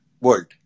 world